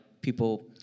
people